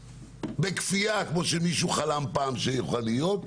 בכפייה כמו שמישהו חלם פעם שאפשר להיות,